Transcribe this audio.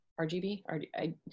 RGB